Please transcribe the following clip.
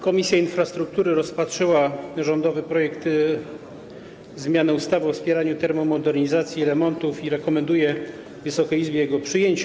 Komisja Infrastruktury rozpatrzyła rządowy projekt zmiany ustawy o wspieraniu termomodernizacji i remontów i rekomenduje Wysokiej Izbie jego przyjęcie.